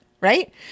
right